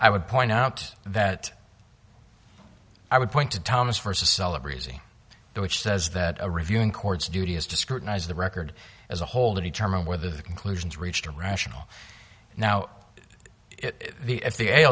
i would point out that i would point to thomas first of celebrating which says that a review in courts duty is to scrutinize the record as a whole determine whether the conclusions reached a rational now if the